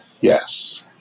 Yes